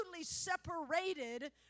separated